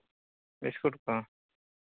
biscuit ᱠᱚ